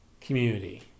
community